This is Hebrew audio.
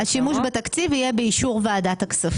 השימוש בתקציב השלמות --- השימוש בתקציב יהיה באישור ועדת הכספים.